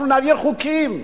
אנחנו נעביר חוקים.